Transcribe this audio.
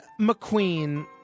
McQueen